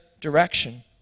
direction